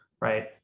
right